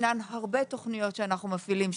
ישנן הרבה תוכניות שאנחנו מפעילים,